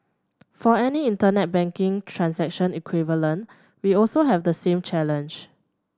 for any Internet banking transaction equivalent we also have the same challenge